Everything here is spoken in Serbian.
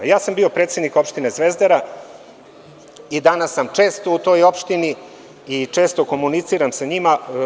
Bio sam predsednik opštine Zvezdara i danas sam često u toj opštini i često komuniciram sa njima.